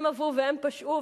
הם עוו והם פשעו,